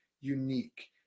unique